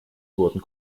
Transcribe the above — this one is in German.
wurden